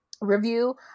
review